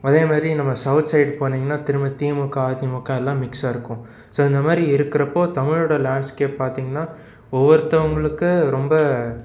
அதே மாரி நம்ம சௌத் சைட் போனீங்கன்னா திரும்ப திமுக அதிமுக எல்லாம் மிக்ஸாக இருக்கும் ஸோ இந்த மாதிரி இருக்கிறப்போ தமிழோட லேண்ட்ஸ்கேப் பார்த்தீங்கன்னா ஒவ்வொருத்தவங்களுக்கு ரொம்ப